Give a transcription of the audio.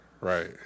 right